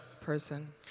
person